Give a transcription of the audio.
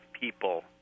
people